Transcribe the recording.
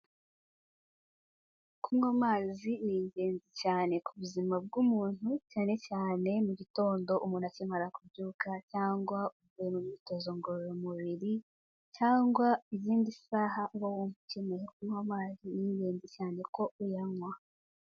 Kunywa amazi ni ingenzi cyane ku buzima bw'umuntu, cyane cyane mu gitondo umuntu akimara kubyuka cyangwa uvuye imyitozo ngororamubiri, cyangwa izindi saha uba wumva ukenyeye kunywa amazi, ni ingenzi cyane ko uyanywa.